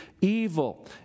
evil